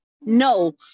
No